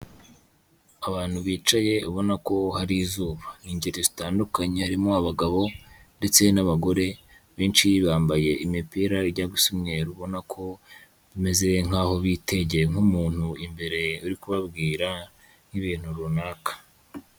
Abantu bicaye ubona ko hari izuba, ingeri zitandukanye harimo abagabo ndetse n'abagore, benshi bambaye imipira ijya gusa umweru ubona ko bameze nk'aho bitegeye nk'umuntu imbere uri kubabwira nk'ibintu runaka.